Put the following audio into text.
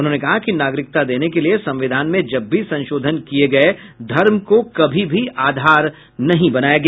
उन्होंने कहा कि नागरिकता देने के लिए संविधान में जब भी संशोधन किये गये धर्म को कभी भी आधार नहीं बनाया गया